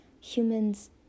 humans